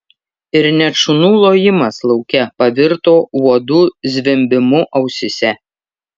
ir net šunų lojimas lauke pavirto uodų zvimbimu ausyse